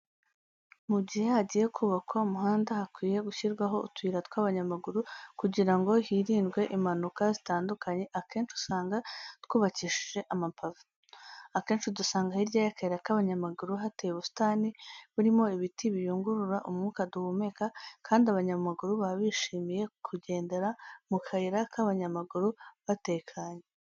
Mu jyihe hajyiye kubakwa umuhanda hakwiye gushyirwaho utuyira tw'abanyamaguru kujyira ngo hirindwe impanuka zitandukanye akenci usanga twubacyishije amapave . Akenci dusanga hirya y'akayira k'abanyamaguru hateye ubusitani burimo ibiti biyungurura umwuka duhumeka kandi abanyamaguru baba bishimiye kujyendera mu kayira k'abanyamaguru batekanye.